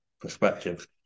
perspectives